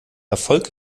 erfolg